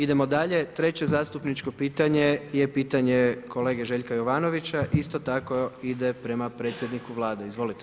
Idemo dalje, treće zastupničko pitanje je pitanje kolege Željka Jovanovića, isto tako ide prema predsjedniku Vlade, izvolite.